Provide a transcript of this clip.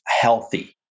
healthy